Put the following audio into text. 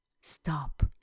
Stop